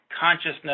consciousness